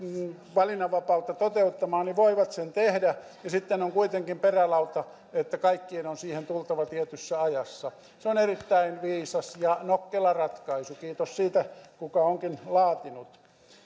valinnanvapautta toteuttamaan voivat sen tehdä ja sitten on kuitenkin perälauta että kaikkien on siihen tultava tietyssä ajassa on erittäin viisas ja nokkela ratkaisu kiitos siitä kuka onkin laatinut